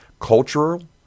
cultural